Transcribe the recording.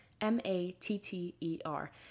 m-a-t-t-e-r